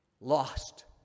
lost